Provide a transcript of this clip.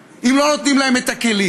איך יגיעו לצבא, אם לא נותנים להם את הכלים?